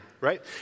right